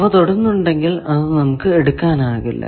അവ തൊടുന്നുണ്ടെങ്കിൽ അത് നമുക്ക് എടുക്കാനാകില്ല